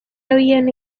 habían